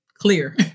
Clear